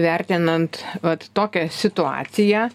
vertinant vat tokią situaciją